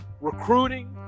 recruiting